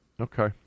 Okay